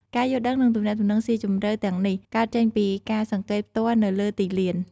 ការយល់ដឹង និងទំនាក់ទំនងស៊ីជម្រៅទាំងនេះ កើតចេញពីការសង្កេតផ្ទាល់នៅលើទីលាន។